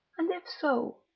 and if so,